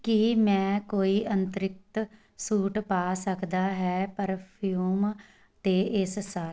ਕੀ ਮੈਂ ਕੋਈ ਅੰਤਰਿਕਤ ਛੂਟ ਪਾ ਸਕਦਾ ਹੈ ਪਰਫਿਊਮ 'ਤੇ ਇਸ ਸਾਲ